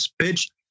pitch